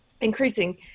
increasing